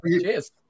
Cheers